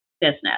business